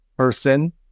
person